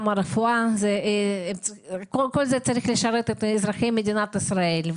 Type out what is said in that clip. הרפואה כל זה צריך לשרת את אזרחי מדינת ישראל.